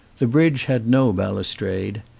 the bridge had no balus trade.